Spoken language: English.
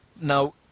Now